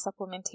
supplementation